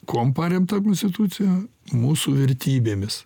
kuom paremta konstitucija mūsų vertybėmis